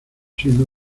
signo